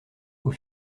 aux